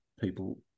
people